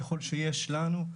ככול שיש לנו,